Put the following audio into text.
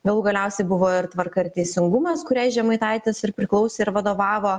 galų galiausiai buvo ir tvarka ir teisingumas kuriai žemaitaitis ir priklausė ir vadovavo